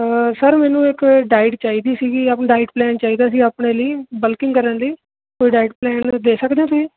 sir ਮੈਨੂੰ ਇੱਕ diet ਚਾਹੀਦੀ ਸੀਗੀ ਆਪਣਾ ਡਾਇਟ ਪਲਾਨ ਚਾਹੀਦਾ ਸੀ ਆਪਣੇ ਲਈ ਬਲਕਿੰਗ ਕਰਨ ਲਈ ਕੋਈ ਡਾਇਟ ਪਲਾਨ ਦੇ ਸਕਦੇ ਹੋ ਤੁਸੀਂ